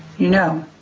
you know,